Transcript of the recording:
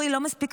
זה היה מה שנקרא